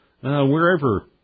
wherever